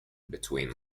between